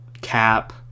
Cap